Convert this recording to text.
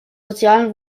sozialen